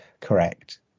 correct